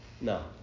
No